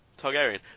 Targaryen